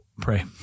pray